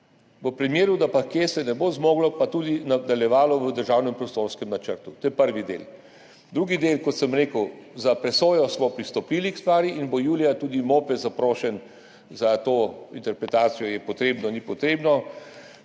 občin, če pa se kje ne bo zmoglo, pa tudi nadaljevalo v državnem prostorskem načrtu. To je prvi del. Drugi del, kot sem rekel, za presojo smo pristopili k stvari in bo julija tudi MOPE zaprošen za to interpretacijo, je potrebno ali ni potrebno,